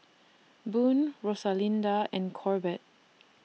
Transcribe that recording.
Boone Rosalinda and Corbett